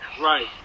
right